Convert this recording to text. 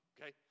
Okay